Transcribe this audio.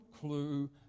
clue